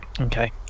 Okay